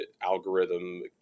algorithm